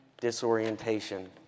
disorientation